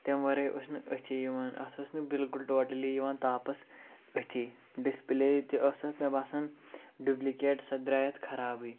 تَمہِ وَرٲے اوس نہٕ اَتھی یِوان اَتھ ٲس نہٕ بالکُل ٹوٹلی یِوان تاپَس اَتھی ڈِسپٕلے تہِ ٲس اَتھ مےٚ باسان ڈُبلِکیٹ سۄ درٛاے اَتھ خرابٕے